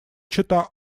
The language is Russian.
чета